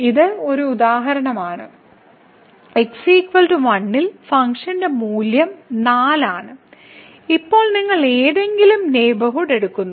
ഇത് ഒരു ഉദാഹരണമാണ് x 1 ൽ ഫംഗ്ഷന്റെ മൂല്യം 4 ആണ് ഇപ്പോൾ നിങ്ങൾ ഏതെങ്കിലും നെയ്ബർഹുഡ് എടുക്കുന്നു